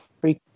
free